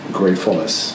gratefulness